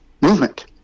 movement